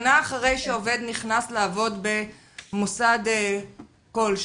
שנה אחרי שעובד נכנס לעבוד במוסד כלשהו,